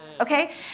Okay